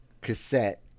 cassette